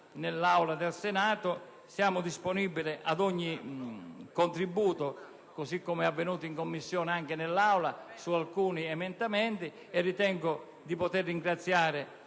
nell'Aula dal Senato e siamo disponibili ad ogni contributo, così come avvenuto in Commissione, su alcuni emendamenti. Ritengo poi di poter ringraziare